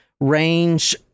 range